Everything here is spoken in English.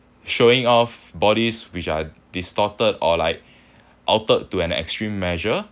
showing off bodies which are distorted or like altered to an extreme measure